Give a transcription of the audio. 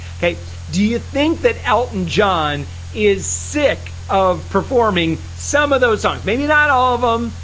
okay do you think that elton john is sick of? performing some of those songs, maybe not all of them,